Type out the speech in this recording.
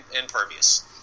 impervious